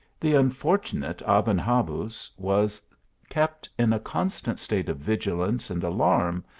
the unfortunate aben habuz was kept in a constant state of vigilance and alarm,